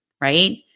right